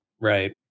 Right